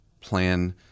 plan